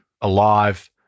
alive